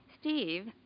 Steve